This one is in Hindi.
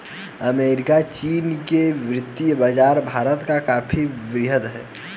अमेरिका चीन के वित्तीय बाज़ार भारत से काफी वृहद हैं